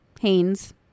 Haynes